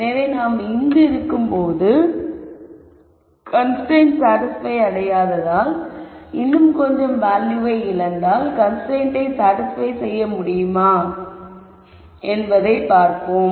எனவே நான் இங்கு இருக்கும்போது கன்ஸ்ரைன்ட் சாடிஸ்பய் அடையாததால் இன்னும் கொஞ்சம் வேல்யூவை இழந்தால் கன்ஸ்ரைன்ட்டை சாடிஸ்பய் செய்ய முடியுமா என்பதைப் பார்ப்போம்